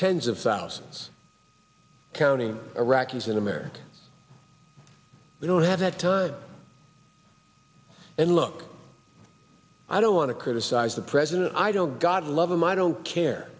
tens of thousands counting iraqis in america we don't have that time and look i don't want to criticize the president i don't god love him i don't care